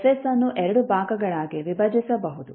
F ಅನ್ನು ಎರಡು ಭಾಗಗಳಾಗಿ ವಿಭಜಿಸಬಹುದು